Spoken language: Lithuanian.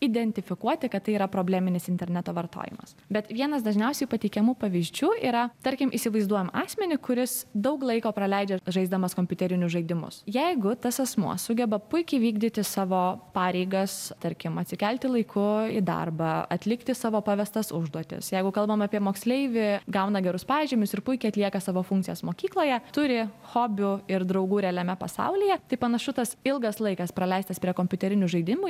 identifikuoti kad tai yra probleminis interneto vartojimas bet vienas dažniausiai pateikiamų pavyzdžių yra tarkim įsivaizduojam asmenį kuris daug laiko praleidžia žaisdamas kompiuterinius žaidimus jeigu tas asmuo sugeba puikiai įvykdyti savo pareigas tarkim atsikelti laiku į darbą atlikti savo pavestas užduotis jeigu kalbam apie moksleivį gauna gerus pažymius ir puikiai atlieka savo funkcijas mokykloje turi hobių ir draugų realiame pasaulyje tai panašu tas ilgas laikas praleistas prie kompiuterinių žaidimų